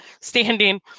standing